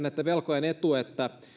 että velkojen etu että